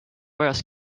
vajas